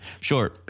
Sure